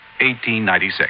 1896